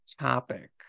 topic